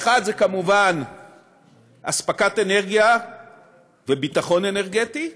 האחד זה כמובן אספקת אנרגיה וביטחון אנרגטי,